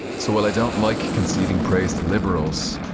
so while i don't like conceding praise to liberals,